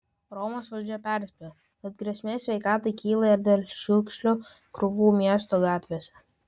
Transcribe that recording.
romos valdžia perspėjo kad grėsmė sveikatai kyla ir dėl šiukšlių krūvų miesto gatvėse